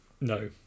No